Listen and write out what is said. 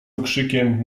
okrzykiem